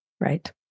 right